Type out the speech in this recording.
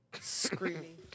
Screaming